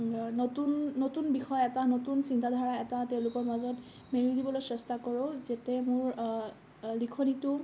নতুন নতুন বিষয় এটা নতুন চিন্তা ধাৰা এটা তেওঁলোকৰ মাজত মেলি দিবলৈ চেষ্টা কৰোঁ যাতে মোৰ লিখনিটো